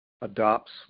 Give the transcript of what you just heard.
adopts